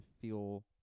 feel